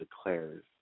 declares